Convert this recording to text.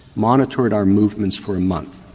monitored our movements for a month,